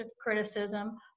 criticism